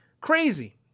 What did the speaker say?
Crazy